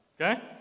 okay